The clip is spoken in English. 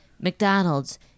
McDonald's